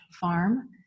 farm